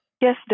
Yes